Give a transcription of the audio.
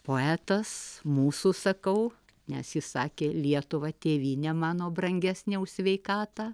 poetas mūsų sakau nes jis sakė lietuva tėvyne mano brangesnė už sveikatą